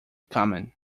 common